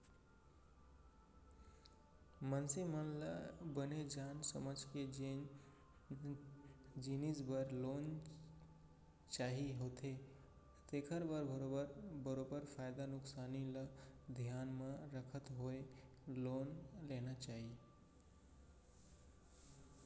मनसे मन ल बने जान समझ के जेन जिनिस बर लोन चाही होथे तेखर बर बरोबर फायदा नुकसानी ल धियान म रखत होय लोन लेना चाही